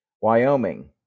Wyoming